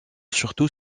surtout